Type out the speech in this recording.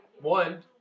One